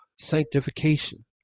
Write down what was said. sanctification